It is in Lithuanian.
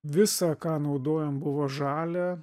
visa ką naudojom buvo žalia